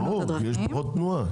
ברור, כי יש פחות תנועה.